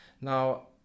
Now